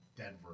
Denver